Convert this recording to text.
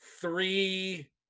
three